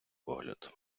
погляд